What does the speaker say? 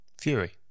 Fury